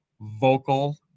vocal